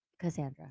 Cassandra